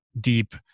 deep